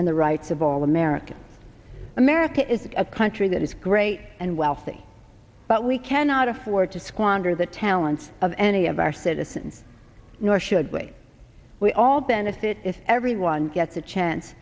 and the rights of all americans america is a country that is great and wealthy but we cannot afford to squander the talents of any of our citizens nor should we we all benefit if everyone gets a chance